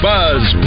Buzz